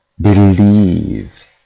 believe